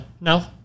no